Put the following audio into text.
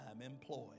employed